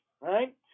right